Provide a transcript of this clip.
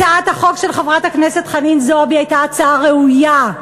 הצעת החוק של חברת הכנסת חנין זועבי הייתה הצעה ראויה.